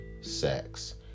sex